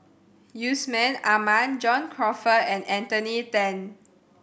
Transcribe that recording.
Yusman Aman John Crawfurd and Anthony Then